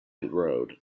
road